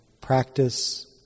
practice